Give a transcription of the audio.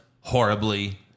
horribly